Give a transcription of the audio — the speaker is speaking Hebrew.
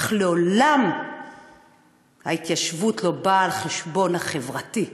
אך לעולם ההתיישבות לא באה על חשבון החברתי,